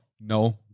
No